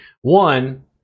one